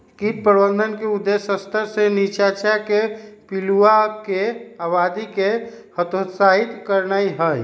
कीट प्रबंधन के उद्देश्य स्तर से नीच्चाके पिलुआके आबादी के हतोत्साहित करनाइ हइ